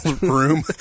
room